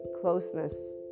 closeness